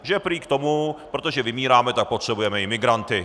Že prý k tomu, protože vymíráme, potřebujeme imigranty.